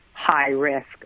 high-risk